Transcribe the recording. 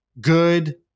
good